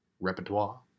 Repertoire